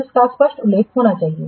जिसका स्पष्ट उल्लेख होना चाहिए